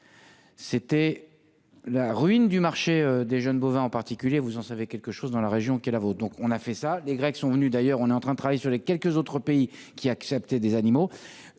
été la ruine du marché des jeunes bovins en particulier. Vous en savez quelque chose dans la région qui est la vôtre. Les Grecs sont venus nous voir et nous sommes en train de travailler avec quelques autres pays qui acceptaient des animaux.